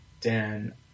Dan